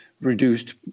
reduced